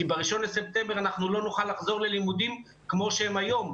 כי בראשון בספטמבר לא נוכל לחזור ללימודים כמו שהם היום,